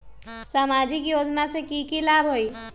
सामाजिक योजना से की की लाभ होई?